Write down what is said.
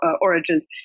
origins